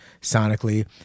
sonically